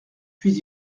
puis